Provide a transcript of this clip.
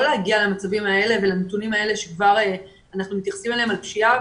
להגיע למצבים האלה ולנתונים האלה שאנחנו כבר מתייחסים אליהם כאל פשיעה,